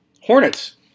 Hornets